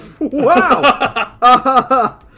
Wow